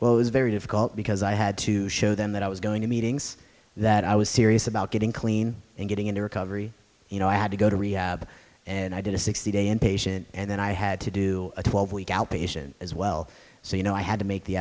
well it was very difficult because i had to show them that i was going to meetings that i was serious about getting clean and getting into recovery you know i had to go to rehab and i did a sixty day in patient and then i had to do a twelve week outpatient as well so you know i had to make the